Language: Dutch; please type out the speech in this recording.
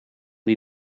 die